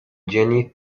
jenny